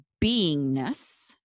beingness